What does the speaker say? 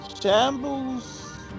Shambles